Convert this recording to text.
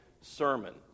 sermon